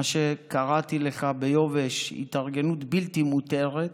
מה שקראתי לו ביובש התארגנות בלתי מותרת,